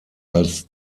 als